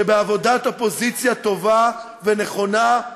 שבעבודת אופוזיציה טובה ונכונה,